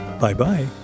Bye-bye